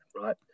right